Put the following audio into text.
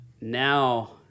now